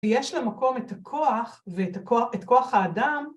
‫יש למקום את הכוח, ‫את כוח האדם.